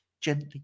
gently